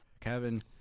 Kevin